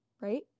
right